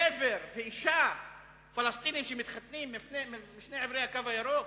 גבר ואשה פלסטינים שמתחתנים משני עברי "הקו הירוק",